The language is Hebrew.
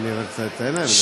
תן להם,